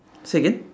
say again